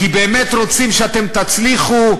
כי באמת רוצים שאתם תצליחו?